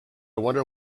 wonder